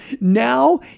now